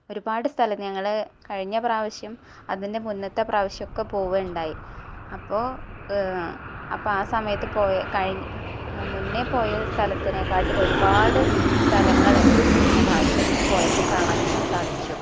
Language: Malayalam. ഒരുപാട് സ്ഥലത്ത് ഞങ്ങള് കഴിഞ്ഞപ്രാവശ്യം അതിന്റെ മുന്നത്തെ പ്രാവശ്യമൊക്കെ പോവുകയുണ്ടായി അപ്പോള് അപ്പഴാ സമയത്ത് പോയ മുന്നേ പോയ സ്ഥലത്തിനേക്കാട്ടിലൊരുപാട് സ്ഥലങ്ങള് കഴിഞ്ഞ പ്രാവശ്യം പോയപ്പോള് കാണാന് ഞങ്ങള്ക്ക് സാധിച്ചു